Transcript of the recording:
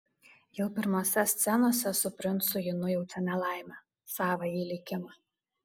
jau pirmose scenose su princu ji nujaučia nelaimę savąjį likimą